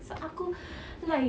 so aku like